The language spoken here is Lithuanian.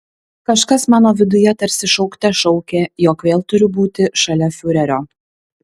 kažkas mano viduje tarsi šaukte šaukė jog vėl turiu būti šalia fiurerio